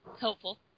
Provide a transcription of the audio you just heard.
Helpful